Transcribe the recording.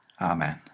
Amen